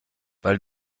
weil